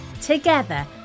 Together